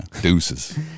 deuces